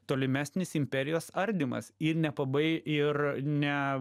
tolimesnis imperijos ardymas ir nepabai ir ne